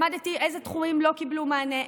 למדתי אילו תחומים לא קיבלו מענה,